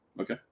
Okay